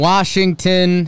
Washington